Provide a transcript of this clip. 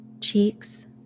cheeks